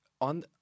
on